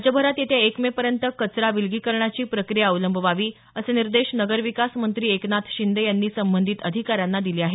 राज्यभरात येत्या एक मे पर्यंत कचरा विलगीकरणाची प्रक्रिया अवलंबवावी असे निर्देश नगरविकास मंत्री एकनाथ शिंदे यांनी संबंधित अधिकाऱ्यांना दिले आहेत